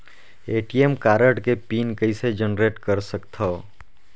ATM card के PIN कइसे generate कर सकथव?